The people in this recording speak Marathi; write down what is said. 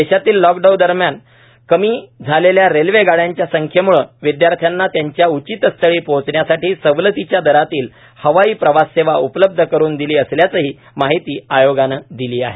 देशातील लॉकडाऊन दरम्यान कमी झालेल्या रेल्वे गाड्यांच्या संख्येम्ळे विद्यार्थ्यांना त्यांच्या उचित स्थळी पोहोचण्यासाठी सवलतीच्या दरातील हवाई प्रवास सेवा उपलब्ध करून दिली असल्याचीही माहिती आयोगान दिली आहे